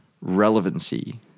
relevancy